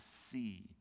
see